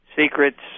secrets